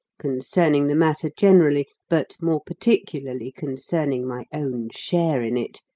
concerning the matter generally, but more particularly concerning my own share in it,